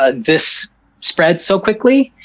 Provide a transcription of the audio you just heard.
ah this spread so quickly.